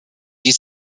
die